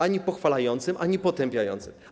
Ani pochwalającym, ani potępiającym.